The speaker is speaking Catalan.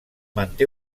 manté